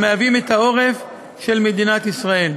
המהווים את העורף של מדינת ישראל.